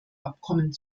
abkommen